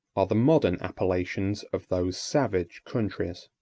are the modern appellations of those savage countries.